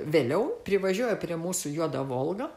vėliau privažiuoja prie mūsų juoda volga